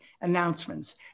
announcements